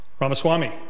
Ramaswamy